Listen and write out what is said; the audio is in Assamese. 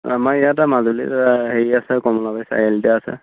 আমাৰ ইয়াতে মাজুলীত হেৰি আছে কমলাবাৰী চাৰিআলিতে আছে